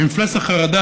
ומפלס החרדה,